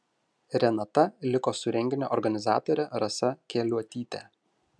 renata liko su renginio organizatore rasa keliuotyte